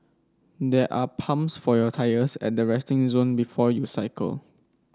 there are pumps for your tyres at the resting zone before you cycle